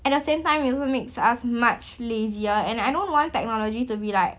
at the same time it also makes us much lazier and I don't want technology to be like